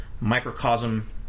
microcosm